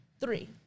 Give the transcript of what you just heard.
three